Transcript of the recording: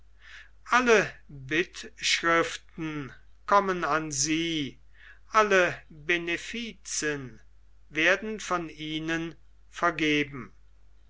alle bittschriften kamen an sie alle benefizen wurden von ihnen vergeben